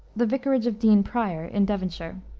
the vicarage of dean prior, in devonshire.